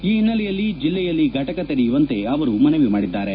ಈ ಹಿನ್ನೆಲೆಯಲ್ಲಿ ಜಿಲ್ಲೆಯಲ್ಲಿ ಘಟಕ ತೆರೆಯುವಂತೆ ಅವರು ಮನವಿ ಮಾಡಿದ್ದಾರೆ